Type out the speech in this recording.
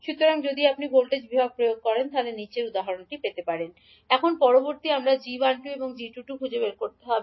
সুতরাং যদি আপনি ভোল্টেজ বিভাগ প্রয়োগ করেন এখন পরবর্তী আমাদের 𝐠12 এবং 𝐠22 খুঁজে বের করতে হবে